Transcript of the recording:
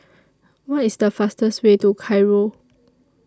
What IS The fastest Way to Cairo